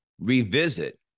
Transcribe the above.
revisit